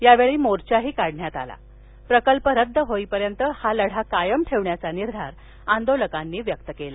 यावेळी मोर्चाही काढण्यात आला प्रकल्प रद्द रद्द होईपर्यंत हा लढा कायम ठेवण्याचा निर्धार आंदोलकांनी यावेळी व्यक्त केला